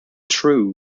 true